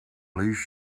least